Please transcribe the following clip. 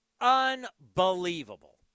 Unbelievable